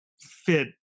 fit